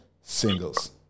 singles